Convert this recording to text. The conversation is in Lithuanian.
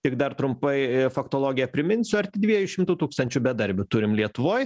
tik dar trumpai faktologiją priminsiu arti dviejų šimtų tūkstančių bedarbių turim lietuvoj